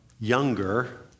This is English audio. younger